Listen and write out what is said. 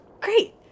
Great